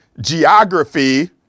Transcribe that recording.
geography